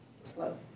Slow